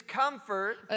comfort